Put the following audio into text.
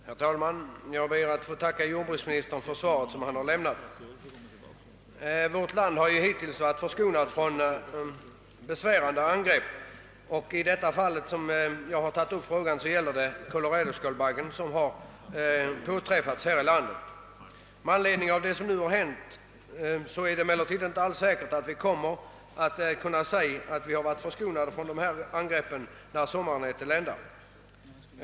Herr talman! Jag ber att få tacka jordbruksministern för det svar han lämnat. Vårt land har hittills varit förskonat från besvärande angrepp av skadeinsekter. Det fall jag tagit upp i min frå ga gäller koloradoskalbaggen, som nu påträffats här i landet. Det som nu hänt gör att det inte alls är säkert att vi när sommaren är till ända, kommer att kunna säga att vi varit förskonade från sådana här angrepp.